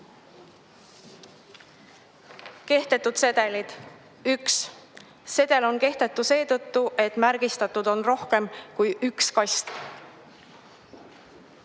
27.Kehtetud sedelid: 1. Sedel on kehtetu seetõttu, et märgistatud on rohkem kui üks kast.